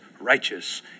righteous